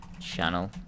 channel